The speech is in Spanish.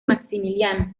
maximiliano